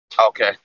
Okay